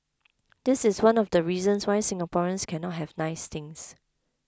this is one of the reasons why Singaporeans cannot have nice things